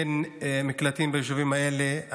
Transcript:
אין מקלטים ביישובים האלה.